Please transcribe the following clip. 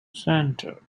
center